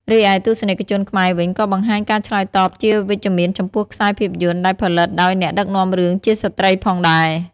រីឯទស្សនិកជនខ្មែរវិញក៏បង្ហាញការឆ្លើយតបជាវិជ្ជមានចំពោះខ្សែភាពយន្តដែលផលិតដោយអ្នកដឹកនាំរឿងជាស្ត្រីផងដែរ។